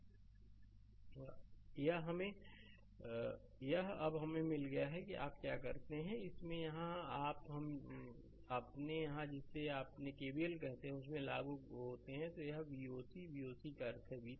slide समय देखें 2221 यह अब हमें मिल गया है कि आप क्या करते हैं इसमें यहां आप अपने यहां जिसे आप केवील कहते हैं उसमें लागू होते हैं यह आपका Voc है o c का अर्थ हैVThevenin